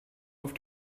auf